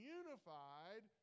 unified